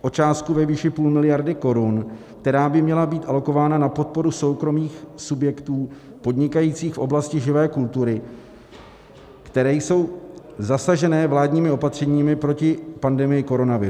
o částku ve výši půl miliardy korun, která by měla být alokována na podporu soukromých subjektů podnikajících v oblasti živé kultury, které jsou zasažené vládními opatřeními proti pandemii koronaviru.